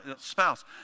spouse